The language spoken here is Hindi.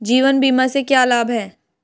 जीवन बीमा से क्या लाभ हैं?